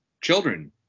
children